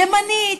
ימנית,